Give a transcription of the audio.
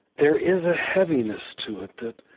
there is a heaviness to it that